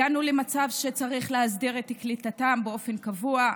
הגענו למצב שצריך להסדיר את קליטתם באופן קבוע.